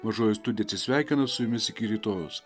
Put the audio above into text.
mažoji studija atsisveikina su jumis iki rytojaus